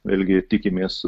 vėlgi tikimės